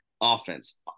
offense